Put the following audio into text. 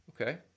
Okay